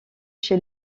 chez